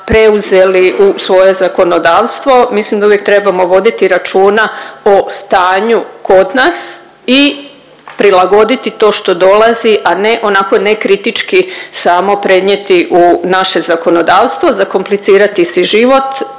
preuzeli u svoje zakonodavstvo, mislim da uvijek trebamo voditi računa o stanju kod nas i prilagoditi to što dolazi, a ne onako nekritički samo prenijeti u naše zakonodavstvo, zakomplicirati si život,